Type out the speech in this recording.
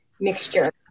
mixture